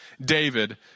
David